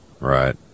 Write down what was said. Right